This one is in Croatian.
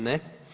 Ne.